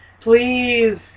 Please